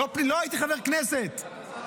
לא, הייתי חבר כנסת.